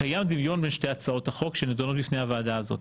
קיים דמיון בין שתי הצעות החוק שנדונות בפני הוועדה הזאת